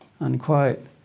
unquote